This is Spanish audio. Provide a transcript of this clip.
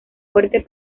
fuerte